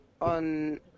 on